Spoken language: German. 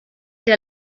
der